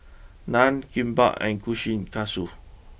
Naan Kimbap and Kushikatsu